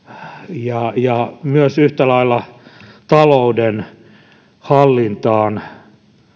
ja ja myös yhtä lailla talouden hallintaan